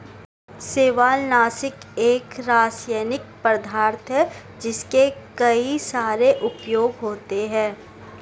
शैवालनाशक एक रासायनिक पदार्थ है जिसके कई सारे उपयोग होते हैं